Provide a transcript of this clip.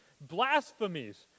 blasphemies